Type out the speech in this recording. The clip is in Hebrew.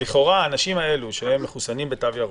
לכאורה האנשים האלה שמחוסנים בתו ירוק,